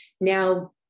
Now